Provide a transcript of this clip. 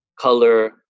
color